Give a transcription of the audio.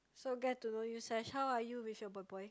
so get to know you sesh how are you with your boy boy